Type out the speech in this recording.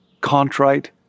contrite